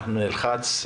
אנחנו נלחץ.